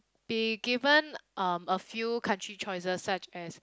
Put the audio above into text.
they given um a few country choices such as